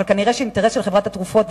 אבל כנראה האינטרס של חברת התרופות,